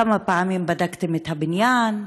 כמה פעמים בדקתם את הבניין?